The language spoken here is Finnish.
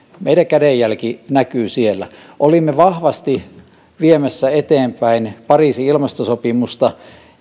meidän kädenjälkemme näkyy siellä olimme vahvasti viemässä eteenpäin pariisin ilmastosopimusta